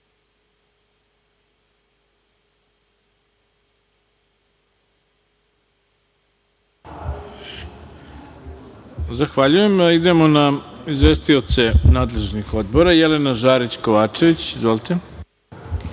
Zahvaljujem. Idemo na izvestioce nadležnih odbora. Reč ima Jelena Žarić Kovačević. Izvolite.